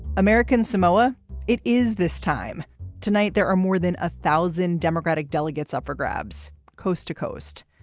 american samoa it is this time tonight. there are more than a thousand democratic delegates up for grabs coast to coast.